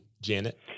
Janet